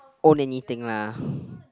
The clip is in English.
own anything lah